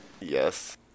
Yes